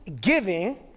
giving